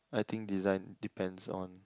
I think design depends on